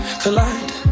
collide